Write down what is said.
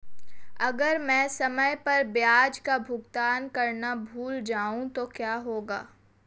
अगर मैं समय पर ब्याज का भुगतान करना भूल जाऊं तो क्या होगा?